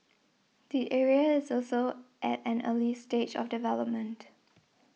the area is also at an early stage of development